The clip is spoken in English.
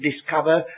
discover